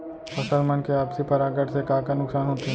फसल मन के आपसी परागण से का का नुकसान होथे?